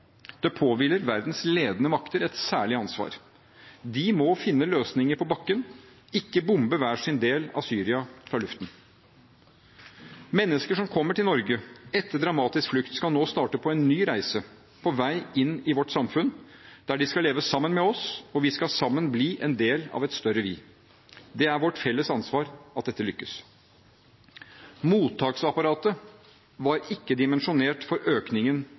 Det påhviler verdens ledende makter et særlig ansvar. De må finne løsninger på bakken – ikke bombe hver sin del av Syria fra luften. Mennesker som kommer til Norge etter en dramatisk flukt, skal nå starte på en ny reise – inn i vårt samfunn der de skal leve sammen med oss, og vi skal sammen bli en del av et større vi. Det er vårt felles ansvar at dette lykkes. Mottaksapparatet var ikke dimensjonert for økningen